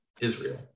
Israel